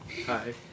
Hi